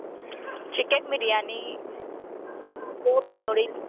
chicken biryani gobi noodles